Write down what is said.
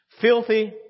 Filthy